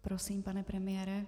Prosím, pane premiére.